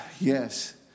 Yes